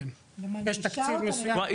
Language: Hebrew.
כן, יש תקציב מסוים.